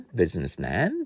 businessman